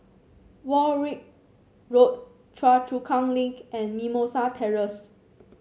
Warwick Road Choa Chu Kang Link and Mimosa Terrace